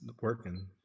working